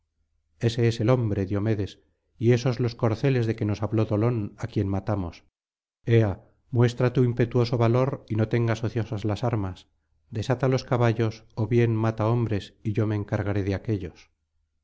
ese es el hombre diomedes y esos los corceles de que nos habló dolón á quien matamos ea muestra tu impetuoso valor y no tengas ociosas las armas desata los caballos ó bien mata hombres y yo me encargaré de aquéllos